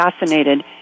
assassinated